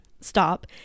stop